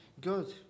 good